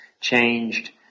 changed